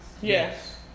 yes